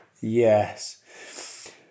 Yes